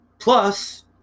Plus